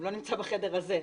הוא לא נמצא בחדר הזה,